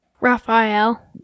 Raphael